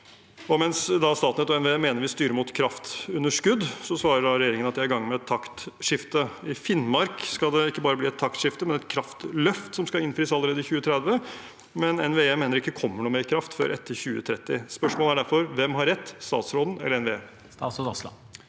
Mens Statnett og NVE mener vi styrer mot kraftunderskudd, svarer regjeringen at de er i gang med et taktskifte. I Finnmark skal det ikke bare bli et taktskifte, men et kraftløft, som skal innfris allerede i 2030, men NVE mener det ikke kommer noe mer kraft før etter 2030. Spørsmålet er derfor: Hvem har rett, statsråden eller NVE? Statsråd Terje